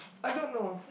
I don't know